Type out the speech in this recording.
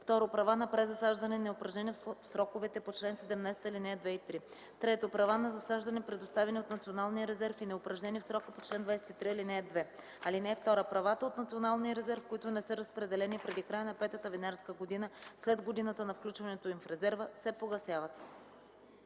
2; 2. права на презасаждане, неупражнени в сроковете по чл. 17, ал. 2 и 3; 3. права на засаждане, предоставени от Националния резерв и неупражнени в срока по чл. 23, ал. 2. (2) Правата от Националния резерв, които не са разпределени преди края на петата винарска година след годината на включването им в резерва, се погасяват.”